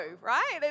right